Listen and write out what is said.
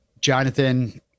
jonathan